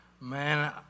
man